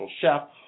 chef